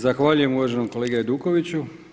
Zahvaljujem uvaženom kolegi Hajdukoviću.